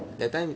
that time